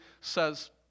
says